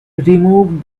removed